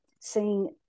seeing